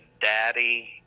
daddy